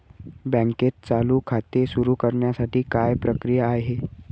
बँकेत चालू खाते सुरु करण्यासाठी काय प्रक्रिया आहे?